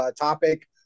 topic